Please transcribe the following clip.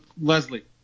leslie